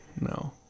No